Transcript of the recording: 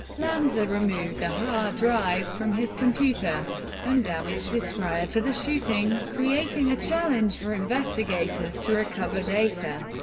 lanza removed the hard drive from his computer and damaged it prior to the shooting, creating a challenge for investigators to recover data.